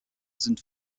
sind